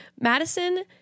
Madison